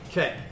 Okay